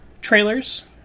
trailers